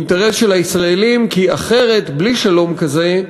הוא אינטרס של הישראלים כי אחרת, בלי שלום כזה,